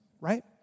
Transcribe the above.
right